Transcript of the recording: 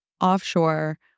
offshore